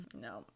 No